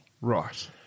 Right